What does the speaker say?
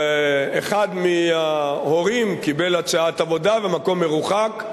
אחד מההורים קיבל הצעת עבודה במקום מרוחק,